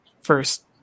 first